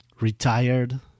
retired